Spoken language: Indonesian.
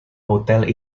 hotel